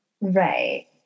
Right